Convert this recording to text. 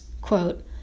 quote